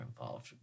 involved